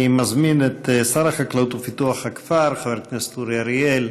אני מזמין את שר החקלאות ופיתוח הכפר חבר הכנסת אורי אריאל